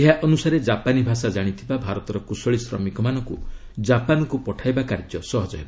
ଏହା ଅନୁସାରେ ଜାପାନୀ ଭାଷା କାଶିଥିବା ଭାରତର କୁଶଳୀ ଶ୍ରମିକମାନଙ୍କୁ ଜାପାନ୍କୁ ପଠାଇବା କାର୍ଯ୍ୟ ସହଜ ହେବ